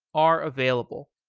are available.